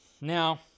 Now